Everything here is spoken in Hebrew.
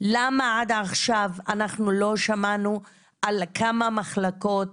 למה עד עכשיו אנחנו לא שמענו על כמה מחלקות,